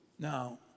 Now